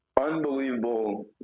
Unbelievable